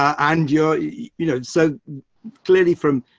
and you're, you know, so clearly from,